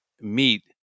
meet